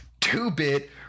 two-bit